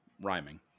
rhyming